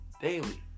Daily